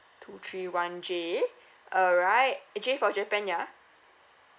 two three one J alright J for japan yeah